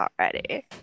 already